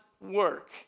work